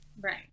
Right